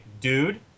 Dude